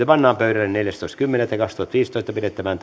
pannaan pöydälle neljästoista kymmenettä kaksituhattaviisitoista pidettävään